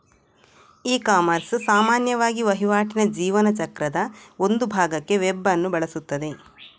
ecommerce ಸಾಮಾನ್ಯವಾಗಿ ವಹಿವಾಟಿನ ಜೀವನ ಚಕ್ರದ ಒಂದು ಭಾಗಕ್ಕೆ ವೆಬ್ ಅನ್ನು ಬಳಸುತ್ತದೆ